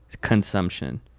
consumption